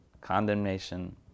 condemnation